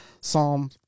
Psalm